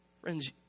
Friends